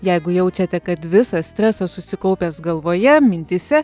jeigu jaučiate kad visas stresas susikaupęs galvoje mintyse